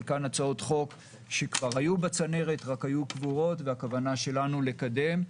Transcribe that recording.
חלקן הצעות חוק שכבר היו בצנרת רק היו קבורות והכוונה שלנו לקדם.